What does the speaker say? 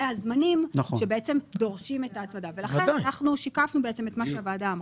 הזמנים שדורשים את ההצמדה ולכן אנחנו שיקפנו את מה שהוועדה אמרה,